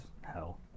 Hell